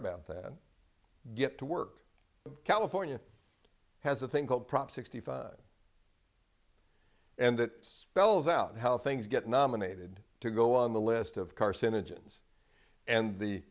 about then get to work in california has a thing called prop sixty five and that spells out how things get nominated to go on the list of carcinogens and the